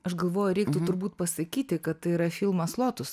aš galvoju reiktų turbūt pasakyti kad tai yra filmas lotus